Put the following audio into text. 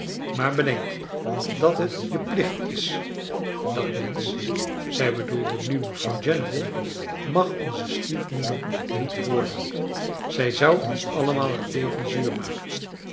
maar bedenk dat het je plicht is dat mensch zrj bedoelde nu mevrouw general mag onze stiefmoeder niet worden zij zou ons allemaal het leven zuur maken